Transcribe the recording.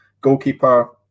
goalkeeper